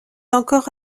encore